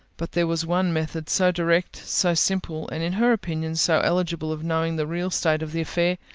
but there was one method so direct, so simple, and in her opinion so eligible of knowing the real state of the affair,